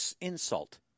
insult